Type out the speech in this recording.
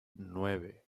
nueve